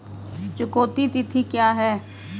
चुकौती तिथि क्या है?